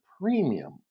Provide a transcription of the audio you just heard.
premium